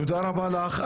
תודה רבה לך.